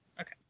Okay